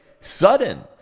sudden